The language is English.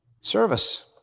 service